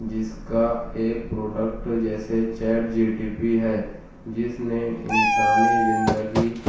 جس کا ایک پروڈکٹ جیسے چیٹ جی ٹی پی ہے جس نے انسانی زندگی